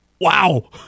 Wow